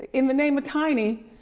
in the name of tiny,